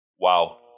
Wow